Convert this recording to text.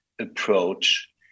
approach